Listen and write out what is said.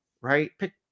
right